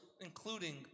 including